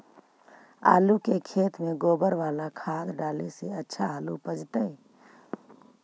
आलु के खेत में गोबर बाला खाद डाले से अच्छा आलु उपजतै?